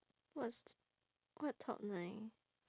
what's what top nine